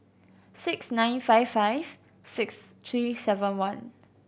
six nine five five six three seven one